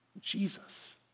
Jesus